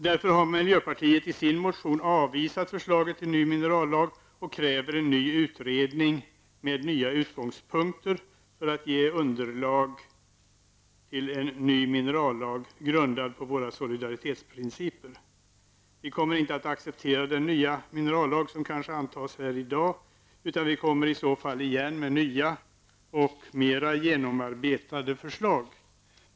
Därför har miljöpartiet i sin motion avvisat förslaget till ny minerallag och krävt en ny utredning med nya direktiv för att man skall få underlag till en helt ny minerallag grundad på våra solidaritetsprinciper. Vi kommer inte att acceptera den nya minerallag som kanske antas här i dag, utan vi kommer i så fall igen med nya och mera genomarbetade förslag.